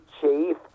Chief